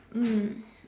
mm